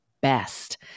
best